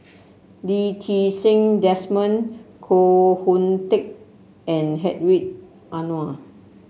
Lee Ti Seng Desmond Koh Hoon Teck and Hedwig Anuar